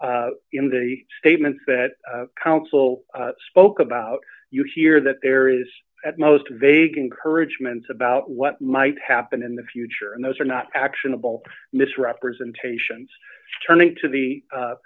in the statements that counsel spoke about you hear that there is at most vague and courage ment's about what might happen in the future and those are not actionable misrepresentations turning to the